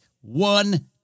one